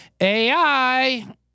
AI